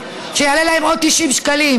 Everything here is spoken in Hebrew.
שיעלה להם עוד 90 שקלים,